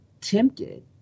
tempted